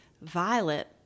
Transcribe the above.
violet